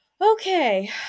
Okay